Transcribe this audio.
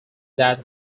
that